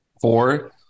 four